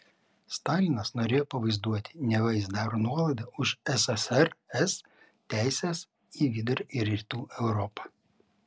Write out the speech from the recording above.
stalinas norėjo pavaizduoti neva jis daro nuolaidą už ssrs teises į vidurio ir rytų europą